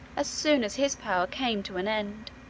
as soon as his power came to an end.